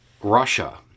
Russia